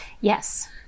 Yes